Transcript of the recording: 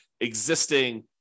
existing